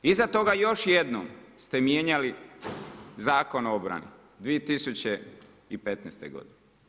Iza toga još jednom ste mijenjali Zakon o obrani 2015. godine.